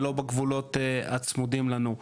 ולא בגבולות הצמודים לנו.